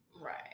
right